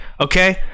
okay